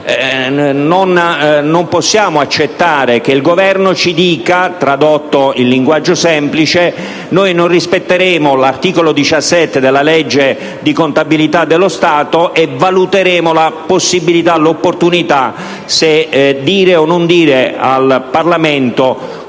non possiamo accettare che il Governo ci dica, tradotto in un linguaggio semplice, che non rispetterà l'articolo 17 della legge di contabilità dello Stato e che valuterà la possibilità, l'opportunità, di dire o non dire al Parlamento cosa